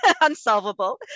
unsolvable